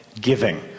giving